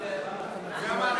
יודע מה,